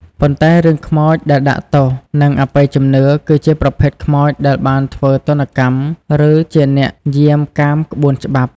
ប៉ុន្តែរឿងខ្មោចដែលដាក់ទោស និងអបិយជំនឿ គឺជាប្រភេទខ្មោចដែលបានធ្វើទណ្ឌកម្ម ឬជាអ្នកយាមកាមក្បួនច្បាប់។